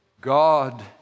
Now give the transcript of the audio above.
God